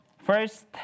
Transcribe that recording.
First